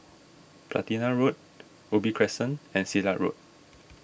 Platina Road Ubi Crescent and Silat Road